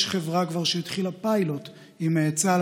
יש חברה שכבר התחילה פיילוט עם צה"ל,